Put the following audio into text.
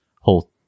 whole